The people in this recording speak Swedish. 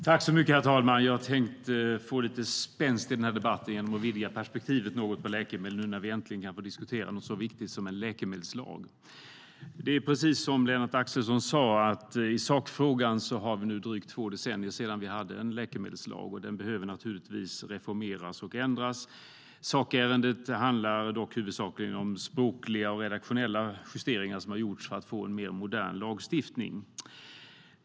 Herr talman! Jag tänkte försöka få lite spänst i den här debatten genom att vidga perspektivet på läkemedel något, nu när vi äntligen får diskutera något så viktigt som en läkemedelslag. Precis som Lennart Axelsson sa är det drygt två decennier sedan vi fick en läkemedelslag, och den behöver naturligtvis reformeras och ändras. Huvudsakligen handlar det dock om språkliga och redaktionella justeringar för att få en mer modern lagstiftning.